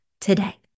today